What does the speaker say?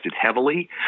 heavily